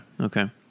okay